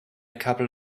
couple